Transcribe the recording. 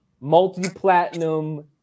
multi-platinum